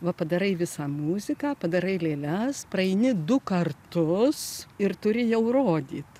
va padarai visą muziką padarai lėles praeini du kartus ir turi jau rodyt